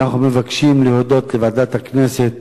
אנחנו מבקשים להודות לוועדת הכנסת,